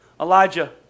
Elijah